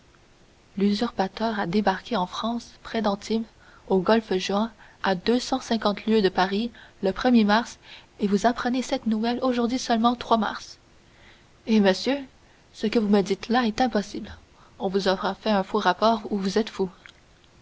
l'usurpateur a débarqué en france près d'antibes au golfe juan à deux cent cinquante lieues de paris le er mars et vous apprenez cette nouvelle aujourd'hui seulement trois mars eh monsieur ce que vous me dites là est impossible on vous aura fait un faux rapport ou vous êtes fou